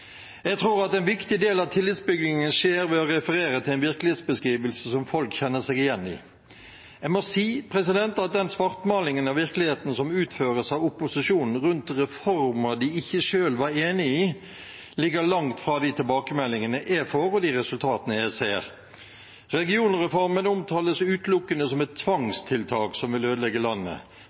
Jeg tror at en viktig del av tillitsbyggingen skjer ved å referere til en virkelighetsbeskrivelse som folk kjenner seg igjen i. Jeg må si at den svartmalingen av virkeligheten som utføres av opposisjonen rundt reformer de ikke selv var enig i, ligger langt fra de tilbakemeldingene jeg får, og de resultatene jeg ser. Regionreformen omtales utelukkende som et tvangstiltak som vil ødelegge landet,